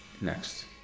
Next